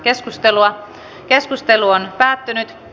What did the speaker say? keskustelua ei syntynyt